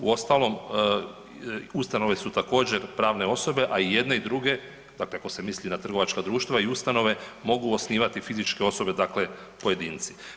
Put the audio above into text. Uostalom, ustanove su također, pravne osobe, a i jedne i druge, dakle ako se misli na trgovačka društva i ustanove, mogu osnivati fizičke osobe, dakle pojedinci.